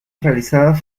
realizadas